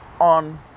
on